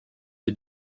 est